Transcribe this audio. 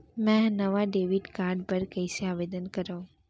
मै हा नवा डेबिट कार्ड बर कईसे आवेदन करव?